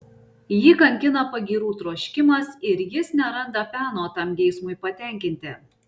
jį kankina pagyrų troškimas ir jis neranda peno tam geismui patenkinti